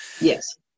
yes